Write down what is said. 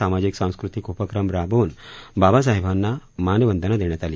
सामाजिक सांस्कृतिक उपक्रम राबवून बाबासाहेबांना मानवंदना देण्यात आली